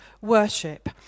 worship